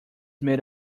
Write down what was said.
made